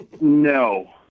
No